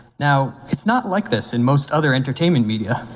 now it's not like this in most other entertainment media.